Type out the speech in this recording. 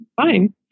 Fine